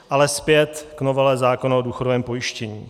Ale zpět k novele zákona o důchodovém pojištění.